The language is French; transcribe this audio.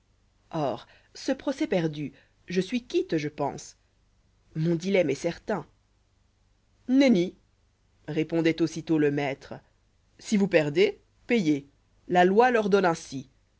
or ce procès perdu je suis quitte je pense mon dilemme est certain nenni répondoit aussitôt le maître si vous perdez payez la loi l'ordonne ainsi